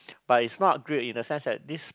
but it's not great in the sense that this